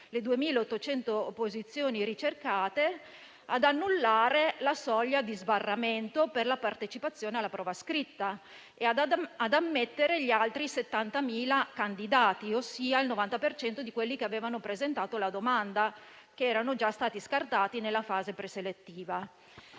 le 2.800 posizioni ricercate, ad annullare la soglia di sbarramento per la partecipazione alla prova scritta e ad ammettere gli altri 70.000 candidati, ossia il 90 per cento di quelli che avevano presentato la domanda, che erano già stati scartati nella fase preselettiva.